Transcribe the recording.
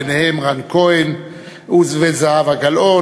וביניהם רן כהן וזהבה גלאון,